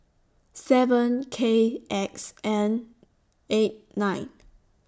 seven K X N eight nine